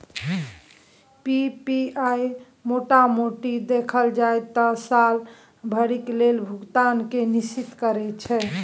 PPI मोटा मोटी देखल जाइ त साल भरिक लेल भुगतान केँ निश्चिंत करैत छै